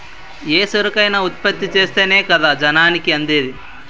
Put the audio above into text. ఏ సరుకైనా ఉత్పత్తి చేస్తేనే కదా జనాలకి అందేది